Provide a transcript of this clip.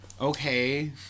okay